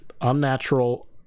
unnatural